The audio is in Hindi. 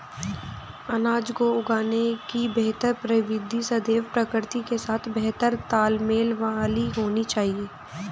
अनाज को उगाने की बेहतर प्रविधि सदैव प्रकृति के साथ बेहतर तालमेल वाली होनी चाहिए